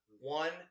one